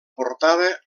portada